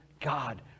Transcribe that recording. God